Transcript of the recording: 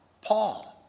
Paul